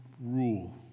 Rule